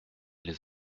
les